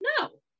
no